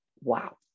Wow